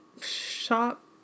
shop